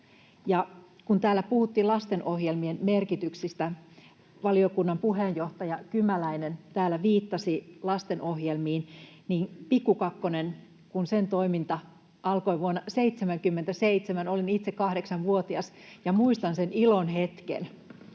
65. Täällä puhuttiin lastenohjelmien merkityksestä, ja valiokunnan puheenjohtaja Kymäläinen täällä viittasi lastenohjelmiin. Kun Pikku Kakkosen toiminta alkoi vuonna 77, olin itse kahdeksanvuotias, ja muistan sen ilon hetken,